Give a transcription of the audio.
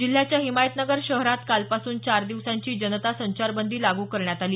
जिल्ह्याच्या हिमायतनगर शहरात कालपासून चार दिवसांची जनता संचारबंदी लागू करण्यात आली